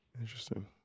Interesting